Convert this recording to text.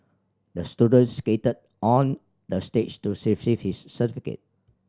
the student skated on the stage to receive his certificate